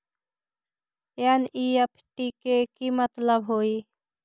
NEFT के कि मतलब होइ?